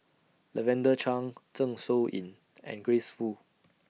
Lavender Chang Zeng Shouyin and Grace Fu